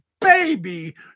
baby